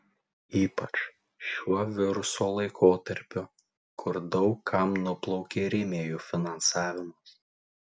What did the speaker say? ypač šiuo viruso laikotarpiu kur daug kam nuplaukė rėmėjų finansavimas